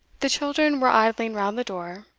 the children were idling round the door,